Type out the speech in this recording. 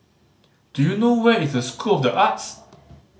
do you know where is the School of The Arts